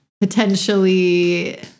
potentially